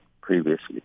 previously